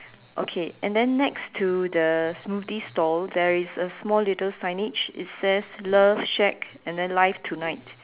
okay and then next to the smoothie store there is a small little signage it says love shack and then life tonight